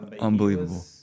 Unbelievable